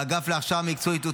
באגף להכשרה מקצועית,